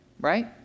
right